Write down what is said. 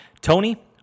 Tony